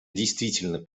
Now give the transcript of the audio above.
действительно